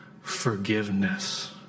forgiveness